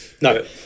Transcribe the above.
No